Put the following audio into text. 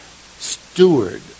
steward